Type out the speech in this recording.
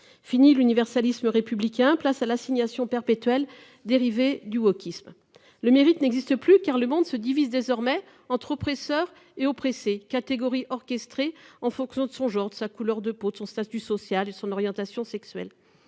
Fini l'universalisme républicain, place à l'assignation perpétuel dérivé du wokisme, le mérite n'existe plus car le monde se divise désormais entre oppresseur et oppressée catégorie orchestré en fonction de son jour de sa couleur de peau de son statut social et son orientation sexuelle.